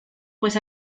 pues